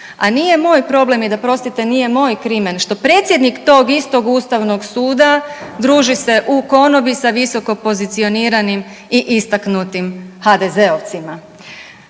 A nije moj problem i da prostite nije moj krimen što predsjednik tog istog Ustavnog suda druži se u konobi sa visokopozicioniranim i istaknutim HDZ-ovcima.